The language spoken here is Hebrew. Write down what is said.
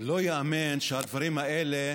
לא ייאמן שהדברים האלה